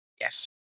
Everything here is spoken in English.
yes